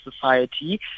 society